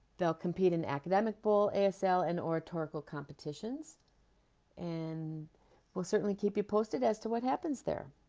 they'll compete in academic bowl asl and oratorical competitions and will certainly keep you posted as to what happens there